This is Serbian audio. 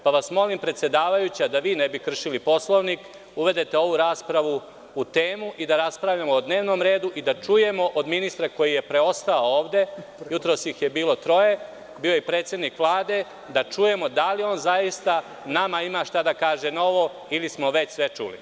Molim vas, predsedavajuća, da vi ne bi kršili Poslovnik, da uvedete ovu raspravu u temu i da raspravljamo o dnevnom redu i da čujemo od ministra koji je preostao ovde, a jutros ih je bilo troje, bio je predsednik Vlade, da čujemo da li on zaista nama ima šta da kaže novo ili smo već sve čuli.